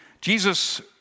Jesus